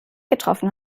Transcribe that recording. getroffen